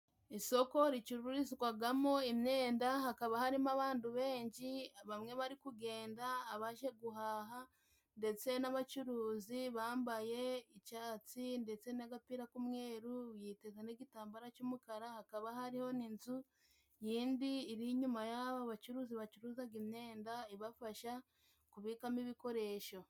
Isoko ricururizwagamo imyenda, hakaba harimo abantu benshi bamwe bari kugenda, abaje guhaha ndetse n'abacuruzi bambaye icyatsi ndetse n'agapira k'umweru, yiteze n'igitambara cy'umukara, hakaba hariho n'inzu yindi iri inyuma y'aho abacuruzi bacuruzaga imyenda ibafasha kubikamo ibikoresho.